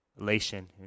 elation